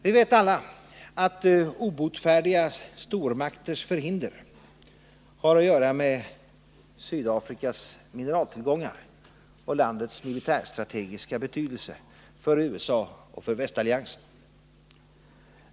Vi vet alla att obotfärdiga stormakters förhinder har att göra med Sydafrikas mineraltillgångar och landets militärstrategiska betydelse för USA och västalliansen.